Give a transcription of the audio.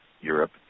Europe